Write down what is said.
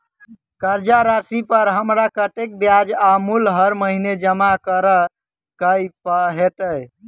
कर्जा राशि पर हमरा कत्तेक ब्याज आ मूल हर महीने जमा करऽ कऽ हेतै?